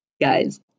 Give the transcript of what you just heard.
Guys